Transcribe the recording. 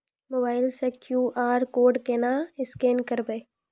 Mobile से QR code केना scan करबै?